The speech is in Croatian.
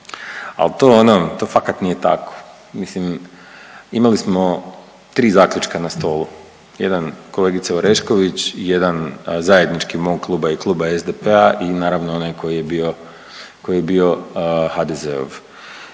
al to ono, to fakat nije tako. Mislim imali smo tri zaključka na stolu, jedan kolegice Orešković i jedan zajednički mog kluba i Kluba SDP-a i naravno onaj koji je bio, koji